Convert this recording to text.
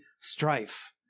strife